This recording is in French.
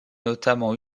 notamment